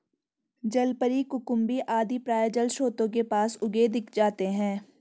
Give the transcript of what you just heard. जलपरी, कुकुम्भी आदि प्रायः जलस्रोतों के पास उगे दिख जाते हैं